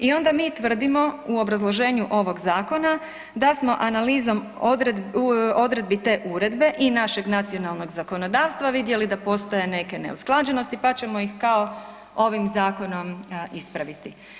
I onda mi tvrdimo u obrazloženju ovog zakona, da smo analizom odredbi te uredbe i našeg nacionalnog zakonodavstva vidjeli da postoje neke neusklađenosti, pa ćemo ih kao ovim zakonom ispraviti.